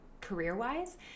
career-wise